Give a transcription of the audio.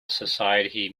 society